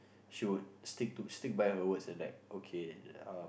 she would stick to stick by by her words and like okay uh